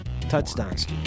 Touchdowns